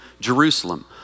Jerusalem